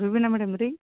Rubina madam ರೀ